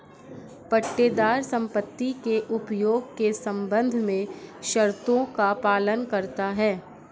पट्टेदार संपत्ति के उपयोग के संबंध में शर्तों का पालन करता हैं